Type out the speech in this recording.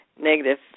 negative